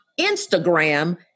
Instagram